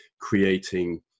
creating